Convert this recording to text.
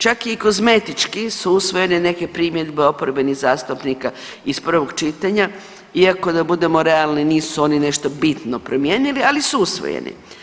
Čak je i kozmetički su usvojene neke primjedbe oporbenih zastupnika iz prvog čitanja iako da budemo realni nisu oni nešto bitno promijenili, ali su usvojeni.